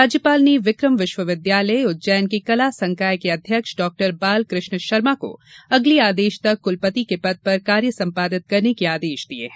राज्यपाल ने विक्रम विश्वविद्यालय उज्जैन के कला संकाय के अध्यक्ष डॉ बालकृष्ण शर्मा को आगामी आदेश तक कुलपति के पद का कार्य संपादित करने के आदेश दिये हैं